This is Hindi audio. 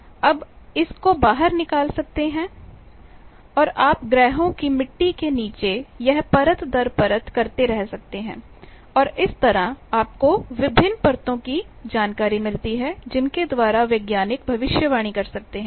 आपइसको बाहर निकाल सकते हैं और आप ग्रहों की मिट्टी के नीचे यह परत दर परत करते रह सकते हैं और इस तरह आपको विभिन्न परतों की जानकारी मिलती हैं जिनके द्वारा वैज्ञानिक भविष्यवाणी कर सकते हैं